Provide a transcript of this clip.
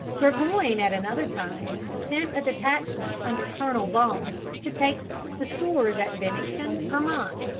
burgoyne at another time sent a detachment under colonel baum to take the stores at bennington, vermont.